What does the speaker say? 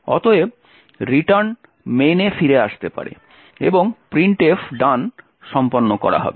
অতএব return main এ ফিরে আসতে পারে এবং printf done সম্পন্ন করা হবে